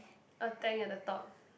a tank at the top